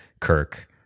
Kirk